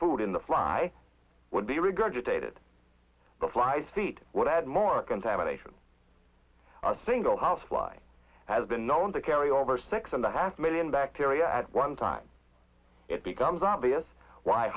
food in the fly would be regurgitated the flies feet would add more contamination a single housefly has been known to carry over six and a half million bacteria at one time it becomes obvious why